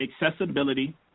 accessibility